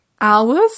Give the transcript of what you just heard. hours